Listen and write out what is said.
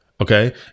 okay